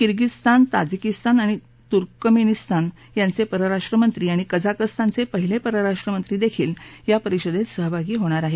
Kyrgyzstan Tajikistan आणि Turkmenistan यांचे परराष्ट्रमंत्री आणि कझाकस्तानचे पहिले परराष्ट्रमंत्री देखील या परिषदेत सहभागी होणार आहेत